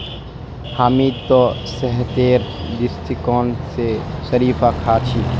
हामी त सेहतेर दृष्टिकोण स शरीफा खा छि